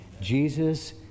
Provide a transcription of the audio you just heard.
Jesus